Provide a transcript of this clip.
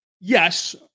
yes